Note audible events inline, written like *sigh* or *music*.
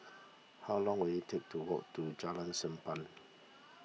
how long will it take to *noise* walk to Jalan Sappan